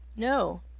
no.